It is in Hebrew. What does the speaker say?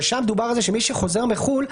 אבל שם דובר על זה שמי שחוזר מחו"ל,